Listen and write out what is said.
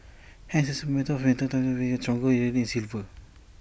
hence IT is A matter of time before we get A stronger rally in silver